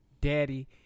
Daddy